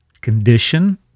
condition